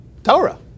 Torah